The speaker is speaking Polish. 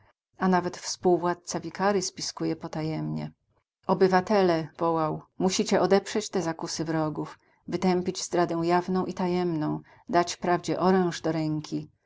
a nawet współwładca wikary spiskuje potajemnie obywatele wołał musicie odeprzeć te zakusy wrogów wytępić zdradę jawną i tajemną dać prawdzie oręż do ręki